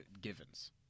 givens